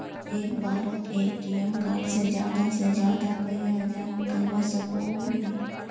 एक बारोत ATM card से ज्यादा से ज्यादा कई हजार निकलवा सकोहो ही?